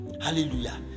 hallelujah